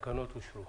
התקנות אושרו.